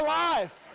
life